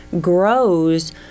grows